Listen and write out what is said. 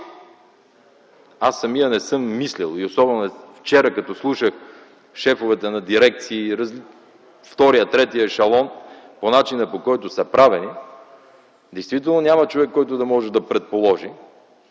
аз самият не съм мислил и особено вчера като слушах шефовете на дирекции – втори, трети ешелон – по начина, по който са правени, действително няма човек, който да може да предположи